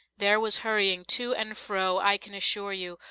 there was hurrying to and fro, i can assure you,